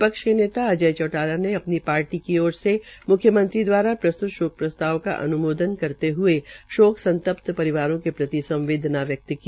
विपक्ष के नेता अजय चौटाला ने अपनी पार्टी की ओर से म्ख्यमंत्री दवारा प्रस्त्त शोक प्रस्ताव का अन्मोदन करते हुए शोक संत्पत् परिवारों के प्रति संवदेना व्यक्त की